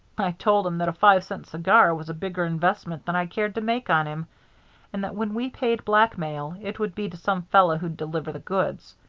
i told him that a five-cent cigar was a bigger investment than i cared to make on him and that when we paid blackmail it would be to some fellow who'd deliver the goods.